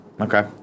Okay